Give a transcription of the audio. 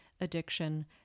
addiction